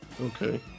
Okay